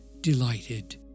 delighted